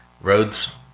Roads